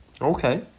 Okay